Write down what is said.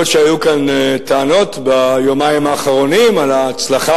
היות שהיו כאן טענות ביומיים האחרונים על ההצלחה